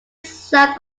south